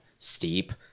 steep